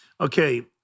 Okay